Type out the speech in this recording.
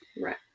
Right